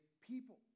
people